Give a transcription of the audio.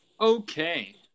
okay